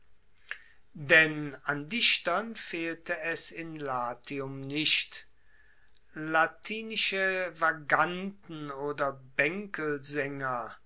denn an dichtern fehlte es in latium nicht latinische vaganten oder